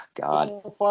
God